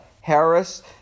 Harris